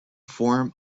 form